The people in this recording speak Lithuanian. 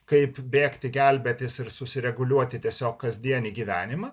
kaip bėgti gelbėtis ir susireguliuoti tiesiog kasdienį gyvenimą